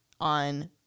on